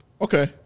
Okay